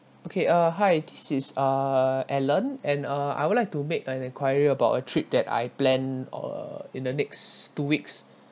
okay uh hi this is uh alan and uh I would like to make an enquiry about a trip that I plan uh in the next two weeks